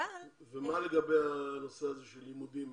מה לגבי הנושא הזה של לימודים?